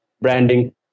branding